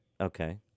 Okay